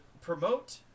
promote